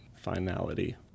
finality